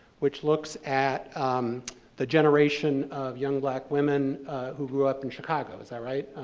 which looks at the generation of young black women who grew up in chicago, is that right,